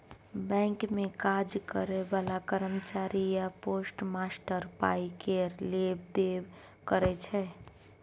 bank मे काज करय बला कर्मचारी या पोस्टमास्टर पाइ केर लेब देब करय छै